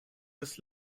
des